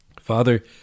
Father